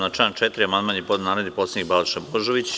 Na član 4. amandman je podneo narodni poslanik Balša Božović.